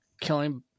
killing